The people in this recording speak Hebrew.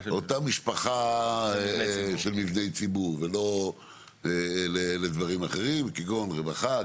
משפחה של מבני ציבור ולא לדברים אחרים כגון רווחה,